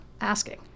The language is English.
asking